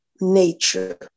nature